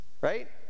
Right